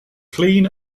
clean